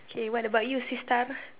K what about you sister